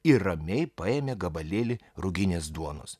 ir ramiai paėmė gabalėlį ruginės duonos